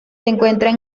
encuentran